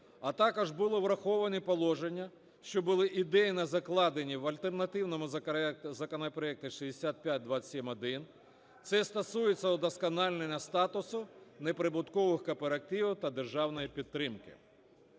а також були враховані положення, що були ідейно закладені в альтернативному законопроекті 6527-1. Це стосується вдосконалення статусу неприбуткових кооперативів та державної підтримки.